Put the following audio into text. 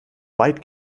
weit